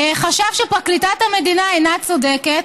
חשב שפרקליטת המדינה אינה צודקת,